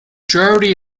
gujarati